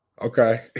Okay